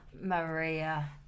maria